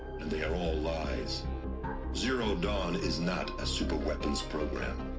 and they are all lies zero dawn is not a superweapons program.